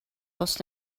bws